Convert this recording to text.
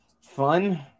fun